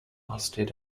lasted